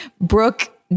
Brooke